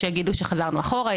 יש שיגידו שחזרנו אחורה,